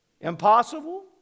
Impossible